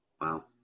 Wow